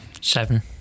Seven